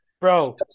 Bro